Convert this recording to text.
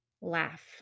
laugh